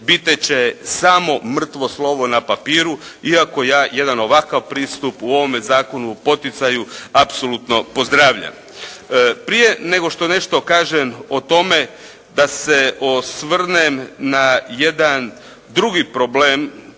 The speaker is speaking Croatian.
biti će samo mrtvo slovo na papiru iako ja jedan ovakav pristup u ovome Zakonu o poticaju apsolutno pozdravljam. Prije nego što nešto kažem o tome da se osvrnem na jedan drugi problem